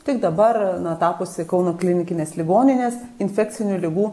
tik dabar na tapusi kauno klinikinės ligoninės infekcinių ligų